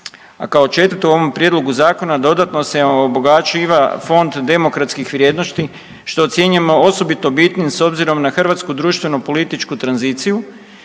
a kao četvrto, u ovom prijedlogu Zakona, dodatno se obogaćiva fond demokratskih vrijednosti što ocjenjujemo osobito bitnim s obzirom na hrvatsku društveno-političku tranziciju,